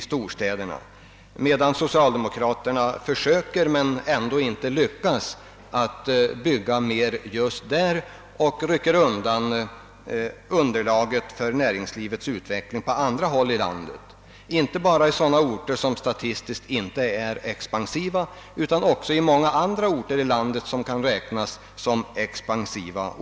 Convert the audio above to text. Secialdemokraterna däremot försöker men lyckas inte bygga mer just där och rycker därmed undan underlaget för näringslivets utveckling på andra håll i landet, inte bara på sådana orter som statistiskt inte är expansiva utan även på orter som kan räknas som expansiva.